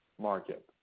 market